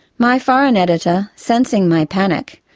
my foreign editor, sensing my panic,